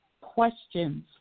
questions